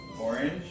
orange